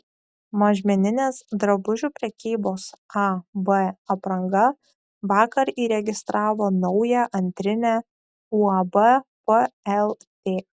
mažmeninės drabužių prekybos ab apranga vakar įregistravo naują antrinę uab plt